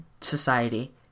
society